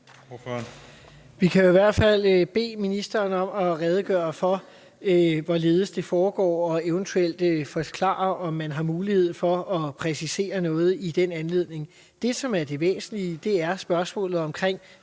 Vi kan være i hvert fald bede ministeren om at redegøre for, hvorledes det foregår, og eventuelt forklare, om man har mulighed for at præcisere noget i den anledning. Det, som er det væsentlige, er spørgsmålet om